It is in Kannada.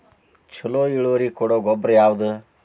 ಛಲೋ ಇಳುವರಿ ಕೊಡೊ ಗೊಬ್ಬರ ಯಾವ್ದ್?